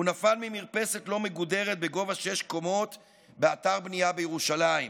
הוא נפל ממרפסת לא מגודרת בגובה שש קומות באתר בנייה בירושלים.